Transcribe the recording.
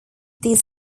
these